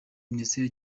minisiteri